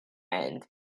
end